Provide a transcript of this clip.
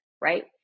right